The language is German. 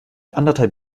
anderthalb